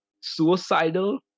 suicidal